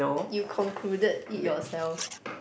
you concluded it yourself